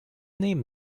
nehmen